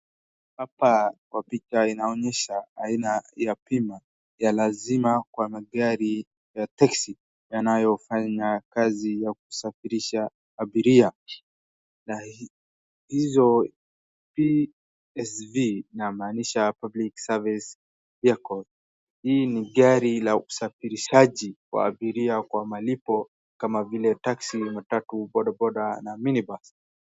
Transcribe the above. Hapa kwa picha inaonyesha aina ya pimo ya lazima kwa magari ya teksi yanayofanya kazi ya kusafirisha abiria. Na hizo PSV inamanisha Public Service Vehicle . Hii ni gari la usafirishaji wa abiria kwa malipo kama vile taxi , matatu, bodaboda na minibus .